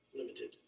limited